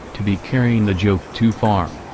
to be carrying the joke too far.